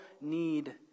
need